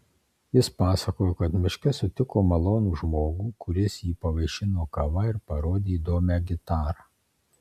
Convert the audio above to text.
jis pasakojo kad miške sutiko malonų žmogų kuris jį pavaišino kava ir parodė įdomią gitarą